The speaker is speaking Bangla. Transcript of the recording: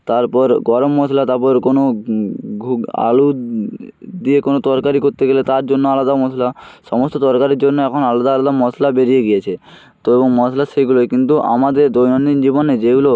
তারপর গরম মশলা তাপর কোনো আলু দিয়ে কোনো তরকারি করতে গেলে তার জন্য আলাদা মশলা সমস্ত তরকারির জন্য এখন আলাদা আলাদা মশলা বেরিয়ে গিয়েছে তো এবং মশলা সেগুলোই কিন্তু আমাদের দৈনন্দিন জীবনে যেগুলো